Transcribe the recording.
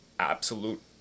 absolute